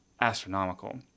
astronomical